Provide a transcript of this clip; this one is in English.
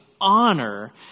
honor